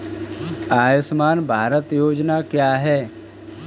आयुष्मान भारत योजना क्या है?